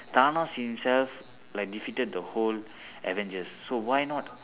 thanos himself like defeated the whole avengers so why not